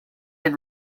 been